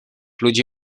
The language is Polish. ludzi